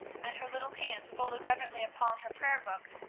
and her little hands folded reverently upon her prayer-book,